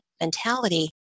mentality